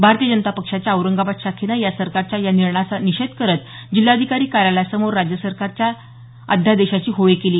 भारतीय जनता पक्षाच्या औरंगाबाद शाखेनं या सरकारच्या या निर्णयाचा निषेध करत जिल्हाधिकारी कार्यालयासमोर राज्य सरकारच्या अध्यादेशाची होळी केली